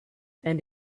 and